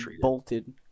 bolted